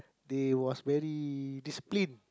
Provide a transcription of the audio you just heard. they was very disciplined